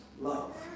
love